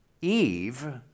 Eve